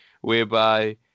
whereby